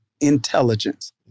intelligence